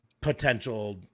potential